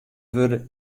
wurde